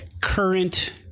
current